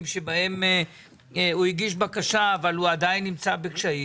שבהם הוא הגיש בקשה אבל הוא עדיין נמצא בקשיים.